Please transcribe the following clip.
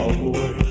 boy